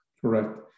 Correct